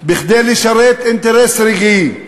כדי לשרת אינטרס רגעי.